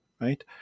right